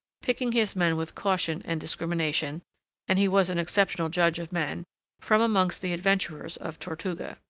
picking his men with caution and discrimination and he was an exceptional judge of men from amongst the adventurers of tortuga.